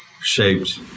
shaped